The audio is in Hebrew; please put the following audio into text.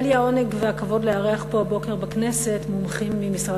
היה לי העונג והכבוד לארח פה הבוקר בכנסת מומחים ממשרד